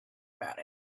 about